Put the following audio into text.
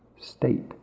state